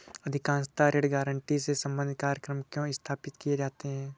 अधिकांशतः ऋण गारंटी से संबंधित कार्यक्रम क्यों स्थापित किए जाते हैं?